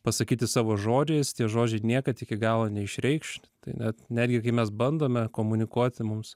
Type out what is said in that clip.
pasakyti savo žodžiais tie žodžiai niekad iki galo neišreikš tai net netgi kai mes bandome komunikuoti mums